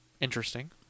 Interesting